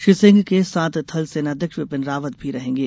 श्री सिंह के साथ थल सेना अध्यक्ष विपिन रावत भी रहेंगे